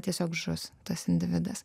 tiesiog žus tas individas